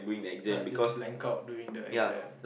I just blank out during the exam